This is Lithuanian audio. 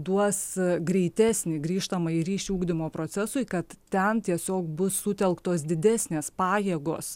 duos greitesnį grįžtamąjį ryšį ugdymo procesui kad ten tiesiog bus sutelktos didesnės pajėgos